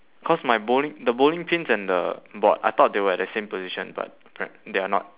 cause my bowling the bowling pins and the board I thought they were at the same position but apparen~ they are not